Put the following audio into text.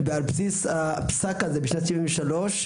על בסיס הפסק הזה משנת 1973,